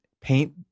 paint